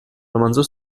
romanzo